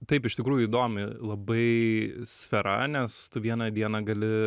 taip iš tikrųjų įdomi labai sfera nes tu vieną dieną gali